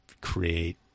create